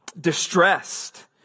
distressed